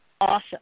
Awesome